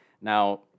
Now